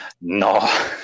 no